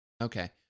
Okay